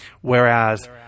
Whereas